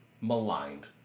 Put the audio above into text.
maligned